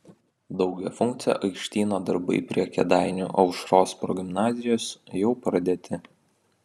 daugiafunkcio aikštyno darbai prie kėdainių aušros progimnazijos jau pradėti